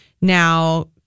now